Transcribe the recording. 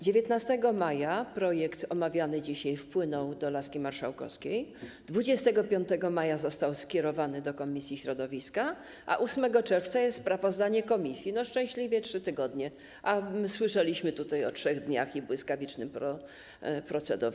19 maja projekt omawiany dzisiaj wpłynął do laski marszałkowskiej, 25 maja został skierowany do komisji środowiska, a 8 czerwca jest sprawozdanie komisji - szczęśliwie 3 tygodnie, a słyszeliśmy tutaj o 3 dniach i błyskawicznym procedowaniu.